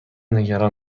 نگران